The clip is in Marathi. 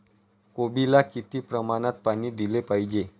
कोबीला किती प्रमाणात पाणी दिले पाहिजे?